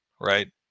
right